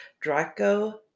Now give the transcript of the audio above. Draco